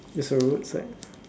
it's a road side